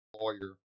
lawyer